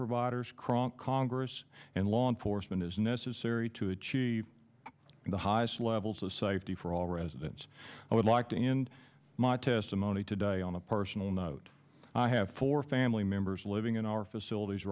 providers cronk congress and law enforcement is necessary to achieve the highest levels of safety for all residents i would like to in my testimony today on a personal note i have four family members living in our facilities